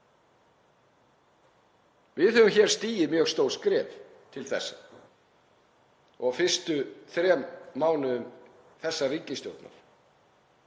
Við höfum hér stigið mjög stór skref til þessa og á fyrstu þremur mánuðum þessarar ríkisstjórnar